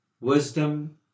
wisdom